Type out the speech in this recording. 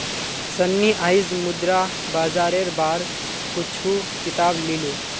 सन्नी आईज मुद्रा बाजारेर बार कुछू किताब ली ले